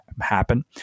happen